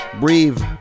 breathe